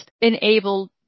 enabled